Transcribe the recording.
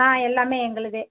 எல்லாம் எங்களுதே